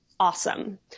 awesome